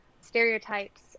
stereotypes